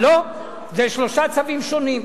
לא, זה שלושה צווים שונים.